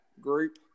group